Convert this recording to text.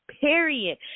period